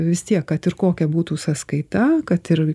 vis tiek kad ir kokia būtų sąskaita kad ir